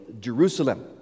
Jerusalem